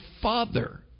Father